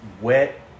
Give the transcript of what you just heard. wet